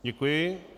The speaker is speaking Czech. Děkuji.